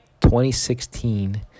2016